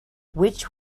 which